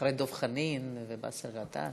אחרי דב חנין ובאסל גטאס.